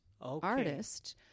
artist